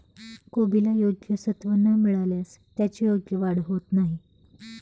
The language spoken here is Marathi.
कोबीला योग्य सत्व न मिळाल्यास त्याची योग्य वाढ होत नाही